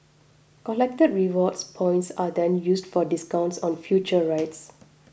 collected rewards points are then used for discounts on future rides